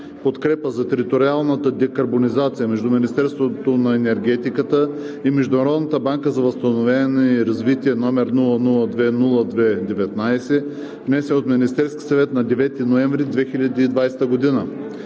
„Подкрепа за териториална декарбонизация“ между Министерството на енергетиката и Международната банка за възстановяване и развитие, № 002-02-19, внесен от Министерския съвет на 9 ноември 2020 г.